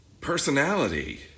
personality